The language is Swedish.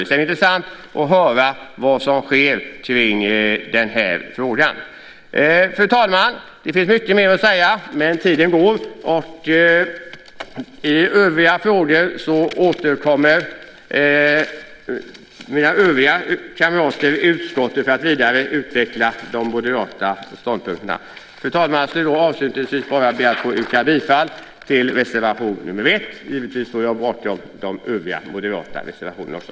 Det ska bli intressant att höra vad som sker i frågan. Fru talman! Det finns mycket mer att säga, men tiden går. I övriga frågor återkommer mina kamrater i utskottet för att vidare utveckla de moderata ståndpunkterna. Fru talman! Avslutningsvis vill jag be att få yrka bifall till reservation nr 1. Givetvis står jag bakom de övriga moderata reservationerna också.